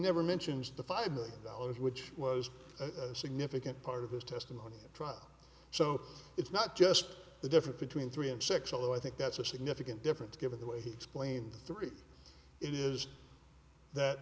never mentions the five million dollars which was a significant part of his testimony trial so it's not just the difference between three and six although i think that's a significant difference given the way he explained three it is that